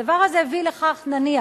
הדבר הזה הביא לכך, נניח,